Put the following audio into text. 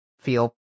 feel